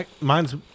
Mine's